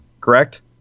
correct